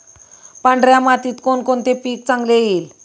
पांढऱ्या मातीत कोणकोणते पीक चांगले येईल?